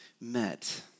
met